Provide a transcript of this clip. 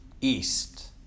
east